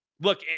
Look